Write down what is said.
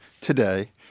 today